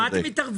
מה אתם מתערבים?